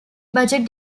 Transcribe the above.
budget